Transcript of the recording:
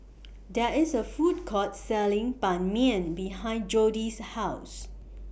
There IS A Food Court Selling Ban Mian behind Jodi's House